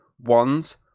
ones